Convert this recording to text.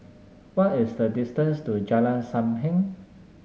what is the distance to Jalan Sam Heng